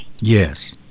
Yes